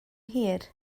hir